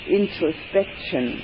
introspection